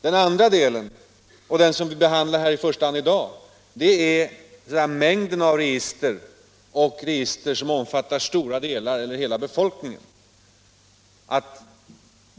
Den andra delen — den som vi i första hand behandlar här i dag — gäller mängden av register och främst då register som omfattar stora delar av eller hela befolkningen.